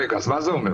רגע, אז מה זה אומר?